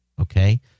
okay